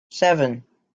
seven